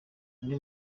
umwe